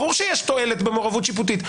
ברור שיש תועלת במעורבות שיפוטית.